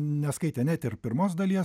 neskaitė net ir pirmos dalies